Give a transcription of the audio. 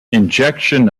injection